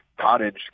cottage